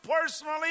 personally